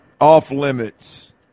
off-limits